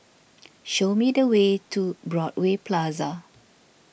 show me the way to Broadway Plaza